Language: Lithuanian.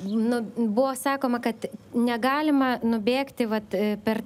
nu buvo sakoma kad negalima nubėgti vat per